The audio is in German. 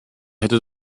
hätte